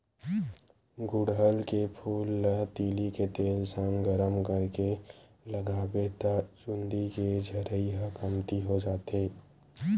गुड़हल के फूल ल तिली के तेल संग गरम करके लगाबे त चूंदी के झरई ह कमती हो जाथे